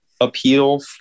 appeal